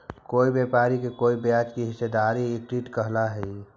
कोई व्यापारी के कोई ब्याज में हिस्सेदारी इक्विटी कहलाव हई